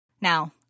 Now